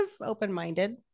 open-minded